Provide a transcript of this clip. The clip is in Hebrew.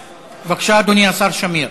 בבקשה, אדוני השר שמיר,